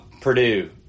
Purdue